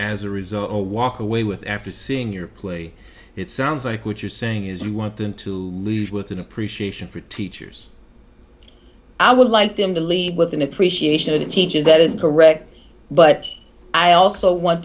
as a result or walk away with after seeing your play it sounds like what you're saying is you want them to leave with an appreciation for teachers i would like them to leave with an appreciation of the teachers that is correct but i also want